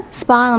spa